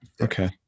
Okay